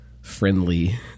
friendly